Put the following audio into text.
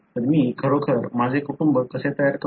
तर मी खरोखर माझे कुटुंब कसे तयार करू